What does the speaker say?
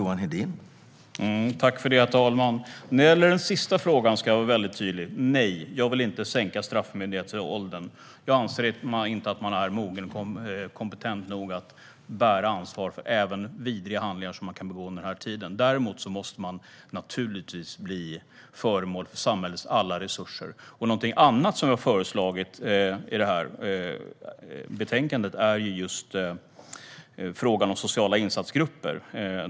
Herr talman! När det gäller den sista frågan ska jag vara mycket tydlig. Nej, jag vill inte sänka straffmyndighetsåldern. Jag anser inte att man är mogen och kompetent nog att bära ansvar även för vidriga handlingar som man kan begå i den åldern. Däremot måste man naturligtvis bli föremål för samhällets alla resurser. Någonting annat som vi har föreslagit, och som finns med i detta betänkande, handlar om sociala insatsgrupper.